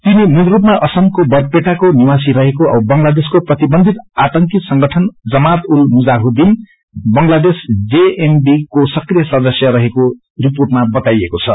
तिनी मूलरूपमा असमको बरपेटाको निवासी रहेको औ बंगलादेशको प्रतिबन्धित आतंकी संगठन जमात उल मुजाहिदीन बंगलादेश जेएमबी को सक्रिय सदस्य रहेको रिर्पोटमा बताइएको छ